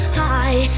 high